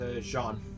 Jean